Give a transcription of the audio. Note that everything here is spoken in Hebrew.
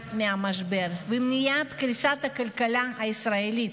מהמשבר ולמניעת קריסת הכלכלה הישראלית.